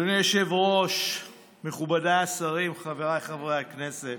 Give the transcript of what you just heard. אדוני היושב-ראש, חבריי חברי הכנסת,